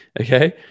Okay